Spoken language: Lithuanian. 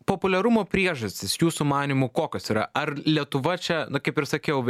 populiarumo priežastys jūsų manymu kokios yra ar lietuva čia na kaip ir sakiau